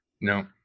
No